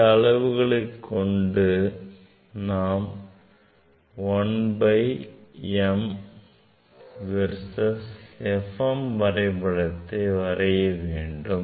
இந்த அளவுகளைக் கொண்டு நாம் 1 by m versus f m வரைபடத்தை வரைய வேண்டும்